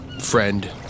friend